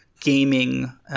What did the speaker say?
gaming